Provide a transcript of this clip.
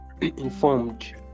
informed